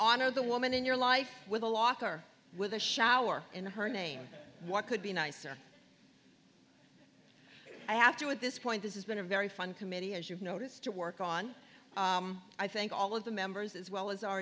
honor the woman in your life with a locker with a shower in her name what could be nicer i have to at this point this has been a very fun committee as you've noticed to work on i think all of the members as well as our